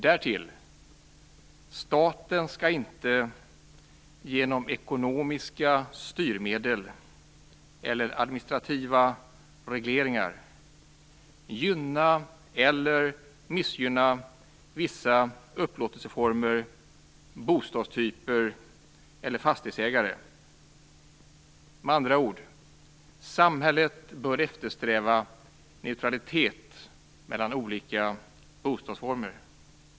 Därtill skall inte staten genom ekonomiska styrmedel eller administrativa regleringar gynna eller missgynna vissa upplåtelseformer, bostadstyper eller fastighetsägare. Med andra ord: Samhället bör eftersträva neutralitet mellan olika bostadsformer.